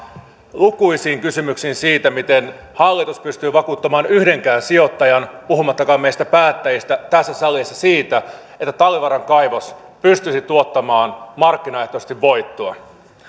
lukuisiin kysymyksiin siitä miten hallitus pystyy vakuuttamaan yhdenkään sijoittajan puhumattakaan meistä päättäjistä tässä salissa siitä että talvivaaran kaivos pystyisi tuottamaan markkinaehtoisesti voittoa